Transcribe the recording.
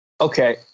Okay